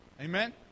amen